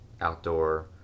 outdoor